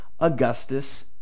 Augustus